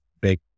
big